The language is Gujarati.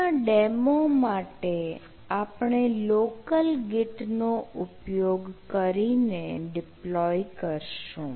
આપણા ડેમો માટે આપણે local git નો ઉપયોગ કરીને ડિપ્લોય કરશું